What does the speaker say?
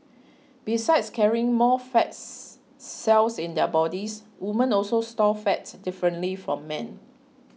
besides carrying more fats cells in their bodies women also store fat differently from men